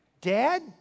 Dad